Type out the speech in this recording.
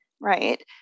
right